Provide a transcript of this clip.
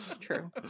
true